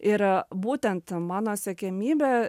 ir būtent mano siekiamybė